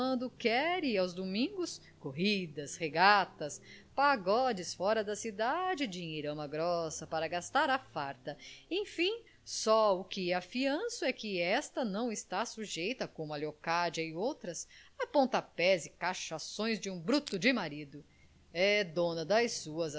quando quer e aos domingos corridas regatas pagodes fora da cidade e dinheirama grossa para gastar à farta enfim só o que afianço é que esta não está sujeita como a leocádia e outras a pontapés e cachações de um bruto de marido é dona das suas